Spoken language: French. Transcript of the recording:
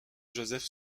joseph